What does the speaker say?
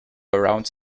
around